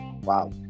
Wow